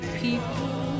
people